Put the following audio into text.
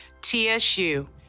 TSU